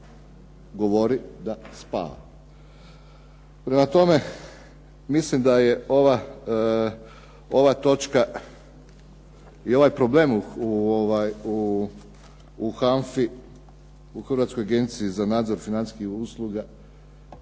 govori da spava. Prema tome mislim da je ova točka i ovaj problem u HANFA-i, u Hrvatskoj agenciji za nadzor financijskih usluga